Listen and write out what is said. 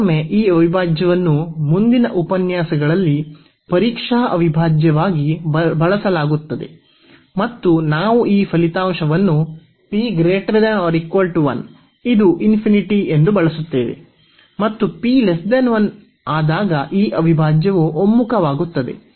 ಮತ್ತೊಮ್ಮೆ ಈ ಅವಿಭಾಜ್ಯವನ್ನು ಮುಂದಿನ ಉಪನ್ಯಾಸಗಳಲ್ಲಿ ಪರೀಕ್ಷಾ ಅವಿಭಾಜ್ಯವಾಗಿ ಬಳಸಲಾಗುತ್ತದೆ ಮತ್ತು ನಾವು ಈ ಫಲಿತಾಂಶವನ್ನು ಇದು ಎಂದು ಬಳಸುತ್ತೇವೆ ಮತ್ತು p 1 ಆಗ ಈ ಅವಿಭಾಜ್ಯವು ಒಮ್ಮುಖವಾಗುತ್ತದೆ